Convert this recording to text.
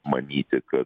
manyti kad